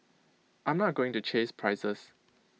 I'm not going to chase prices